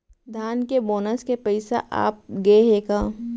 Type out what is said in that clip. धान के बोनस के पइसा आप गे हे का?